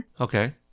Okay